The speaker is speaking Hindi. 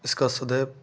इसका सदैव